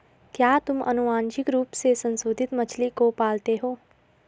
क्या तुम आनुवंशिक रूप से संशोधित मछली को पालते हो?